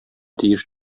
тиеш